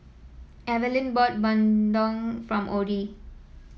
Evaline bought bandung from Orie